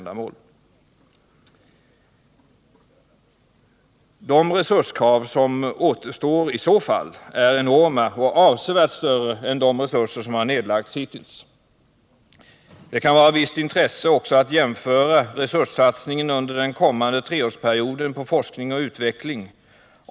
De resurskrav som i så fall återstår är enorma och avsevärt större än de resurser som har nedlagts hittills. Det kan också vara av ett visst intresse att jämföra resurssatsningen under den kommande treårsperioden på forskning och utveckling.